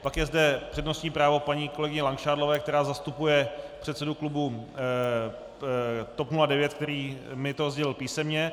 Pak je zde přednostní právo paní kolegyně Langšádlové, která zastupuje předsedu klubu TOP 09, který mi to sdělil písemně.